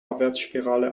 abwärtsspirale